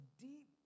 deep